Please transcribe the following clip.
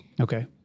Okay